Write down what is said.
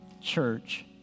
church